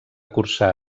cursar